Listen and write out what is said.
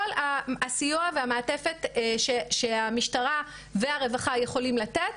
כל הסיוע והמעטפת שהמשטרה והרווחה יכולים לתת,